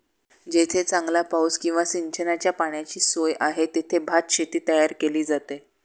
जेथे चांगला पाऊस किंवा सिंचनाच्या पाण्याची सोय आहे, तेथे भातशेती तयार केली जाते